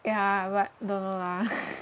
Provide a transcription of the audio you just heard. ya but don't know lah